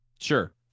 Sure